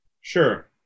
Sure